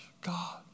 God